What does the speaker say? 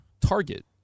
target